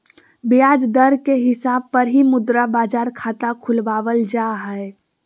ब्याज दर के हिसाब पर ही मुद्रा बाजार खाता खुलवावल जा हय